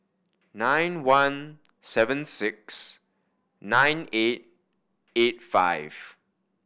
nine one seven six nine eight eight five